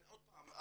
עוד פעם,